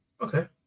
Okay